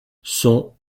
sont